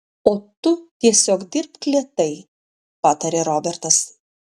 o tu tiesiog dirbk lėtai patarė robertas